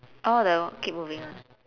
oh the keep moving one